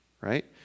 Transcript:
right